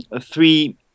three